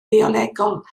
biolegol